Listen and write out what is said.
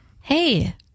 Hey